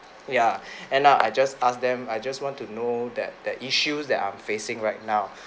ya end up I just ask them I just want to know that that issues that I'm facing right now